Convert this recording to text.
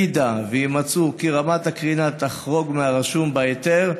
אם יימצא כי רמת הקרינה תחרוג מהרשום בהיתר,